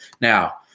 Now